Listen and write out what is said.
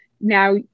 Now